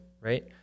Right